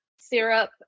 syrup